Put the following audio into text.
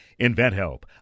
InventHelp